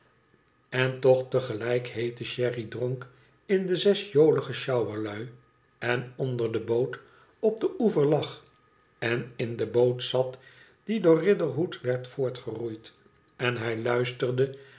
en toch tegelijk heete sherry dronk m de zes jolige sjouwerlui en onder de boot op den oever lag en in de boot zat die door riderhood werd voortgeroeid en hij luisterde